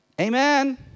Amen